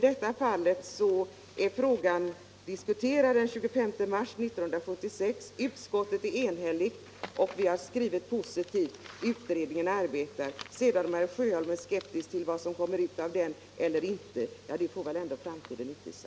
Frågan är diskuterad den 25 mars 1976, utskottet är enigt och har skrivit positivt, utredningen arbetar. Sedan är herr Sjöholm skeptisk till vad som kan komma ut av denna utredning, men det får väl ändå framtiden utvisa.